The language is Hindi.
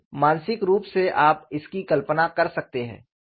तो मानसिक रूप से आप इसकी कल्पना कर सकते हैं